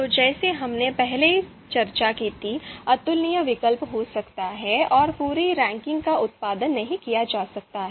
तो जैसे हमने पहले चर्चा की थी अतुलनीय विकल्प हो सकते हैं और पूरी रैंकिंग का उत्पादन नहीं किया जा सकता है